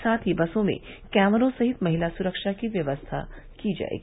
साथ ही बसों में कैमरों सहित महिला सुरक्षा की व्यवस्था की जायेगी